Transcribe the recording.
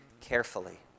carefully